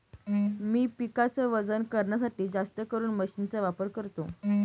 मी पिकाच वजन करण्यासाठी जास्तकरून मशीन चा वापर करतो